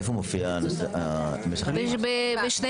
איפה מופיע --- בתוספת, בשני